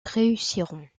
réussirons